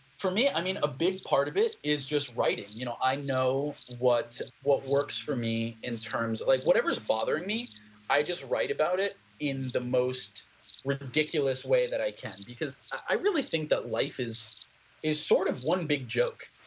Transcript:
for me i mean a big part of it is just writing. you know i know what what works for me in terms like whatever bothering me i just write about it in the most ridiculous way that i can because i really think that life is is sort of one big joke.